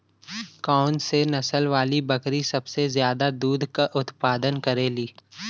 कौन से नसल वाली बकरी सबसे ज्यादा दूध क उतपादन करेली?